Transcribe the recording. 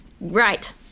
Right